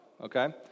okay